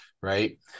Right